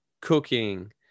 cooking